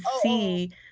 see